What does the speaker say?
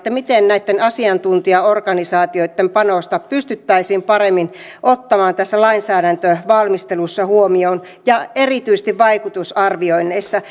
miten näitten asiantuntijaorganisaatioitten panosta pystyttäisiin paremmin ottamaan huomioon tässä lainsäädäntövalmistelussa ja erityisesti vaikutusarvioinneissa